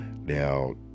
now